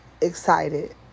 excited